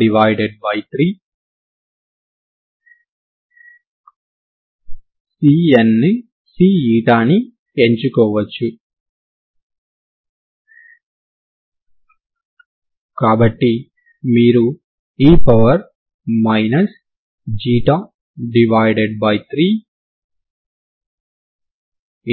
C ని ఎంచుకోవచ్చు కాబట్టి మీరు e